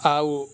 ଆଉ